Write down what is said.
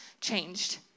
changed